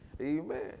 Amen